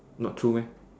not two meh